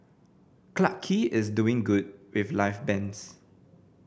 Clarke Quay is doing good with live bands